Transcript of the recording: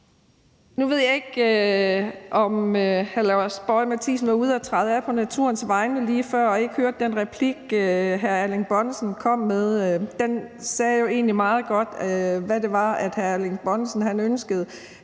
Nu ved jeg ikke, om hr. Lars Boje Mathiesen var ude at træde af på naturens vegne lige før og ikke hørte den replik, hr. Erling Bonnesen kom med. Den udtrykte jo egentlig meget godt, hvad det var, hr. Erling Bonnesen ønskede.